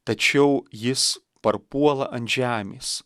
tačiau jis parpuola ant žemės